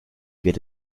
geht